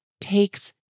takes